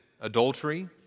adultery